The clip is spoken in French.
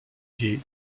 guet